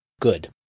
Good